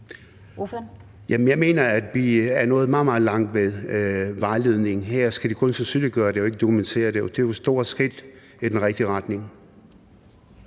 Jeg mener, at vi er nået meget, meget langt med vejledningen. Her skal de kun sandsynliggøre det og ikke dokumentere det, og det er jo et stort skridt i den rigtige retning.